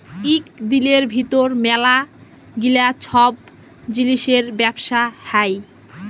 ইক দিলের ভিতর ম্যালা গিলা ছব জিলিসের ব্যবসা হ্যয়